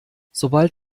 sobald